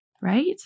right